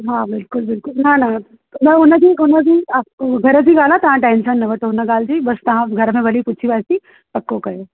हा बिल्कुलु बिल्कुलु न न न उनजी उनजी घर जी ॻाल्हि आहे ता टैंशन न वठो उन ॻाल्हि जी बसि तव्हां घर में वरी पुछी वठोसि पको कयो